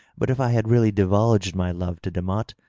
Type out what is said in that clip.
but if i had really divulged my love to demotte,